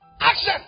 Action